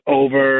over